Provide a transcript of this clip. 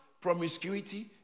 promiscuity